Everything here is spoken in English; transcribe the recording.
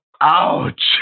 ouch